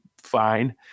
fine